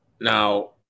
Now